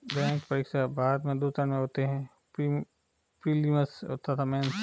bank परीक्षा, भारत में दो चरण होते हैं प्रीलिम्स तथा मेंस